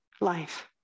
life